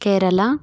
Kerala